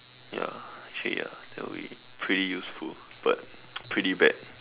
ya actually ya that will be pretty useful but pretty bad